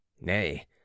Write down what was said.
Nay